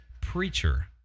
Preacher